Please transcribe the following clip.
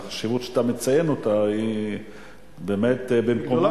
החשיבות שאתה מציין אותה היא באמת במקומה.